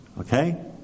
Okay